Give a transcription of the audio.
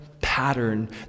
pattern